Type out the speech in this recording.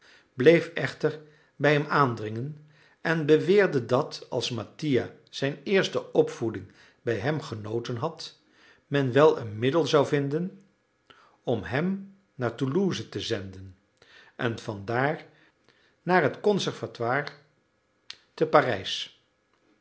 bleef echter bij hem aandringen en beweerde dat als mattia zijn eerste opvoeding bij hem genoten had men wel een middel zou vinden om hem naar toulouse te zenden en vandaar naar het conservatoire te parijs